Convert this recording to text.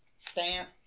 Stamp